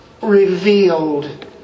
revealed